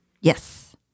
Yes